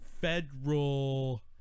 federal